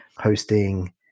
hosting